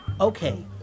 Okay